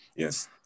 Yes